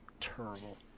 Terrible